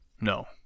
No